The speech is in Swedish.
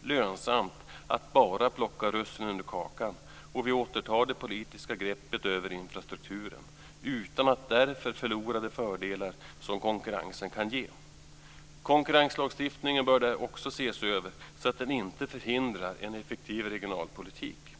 lönsamt att bara plocka russinen ur kakan, och vi återtar det politiska greppet över infrastrukturen utan att därför förlora de fördelar som konkurrensen kan ge. Konkurrenslagstiftningen bör också ses över så att den inte hindrar en effektiv regionalpolitik.